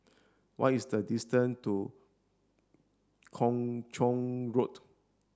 what is the distance to Kung Chong Road